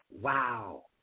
Wow